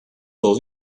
the